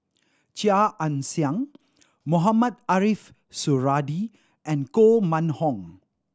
Chia Ann Siang Mohamed Ariff Suradi and Koh Mun Hong